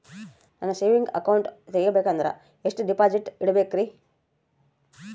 ನಾನು saving account ತೆಗಿಬೇಕಂದರ ಎಷ್ಟು ಡಿಪಾಸಿಟ್ ಇಡಬೇಕ್ರಿ?